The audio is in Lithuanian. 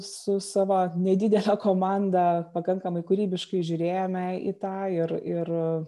su savo nedidele komanda pakankamai kūrybiškai žiūrėjome į tą ir ir